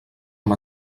amb